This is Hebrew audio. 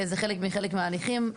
זה חלק מחלק מההליכים.